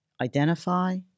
identify